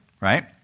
right